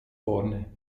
vorne